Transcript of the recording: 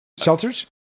shelters